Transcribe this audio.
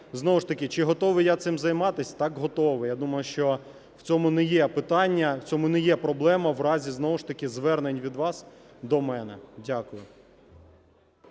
знову ж таки, чи готовий я цим займатись? Так, готовий. Я думаю, що в цьому не є питання, в цьому не є проблема в разі знову ж таки звернень від вас до мене. Дякую.